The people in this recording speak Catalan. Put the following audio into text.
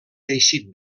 teixit